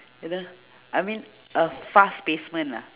you know I mean a fast placement ah